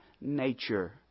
nature